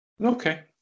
Okay